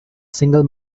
single